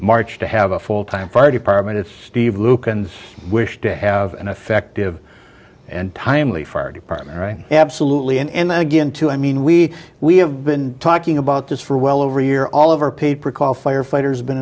march to have a full time fire department it's steve lukens wish to have an effective and timely fire department right absolutely and then again to i mean we we have been talking a just for well over a year all over paid per call firefighters been